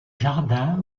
jardins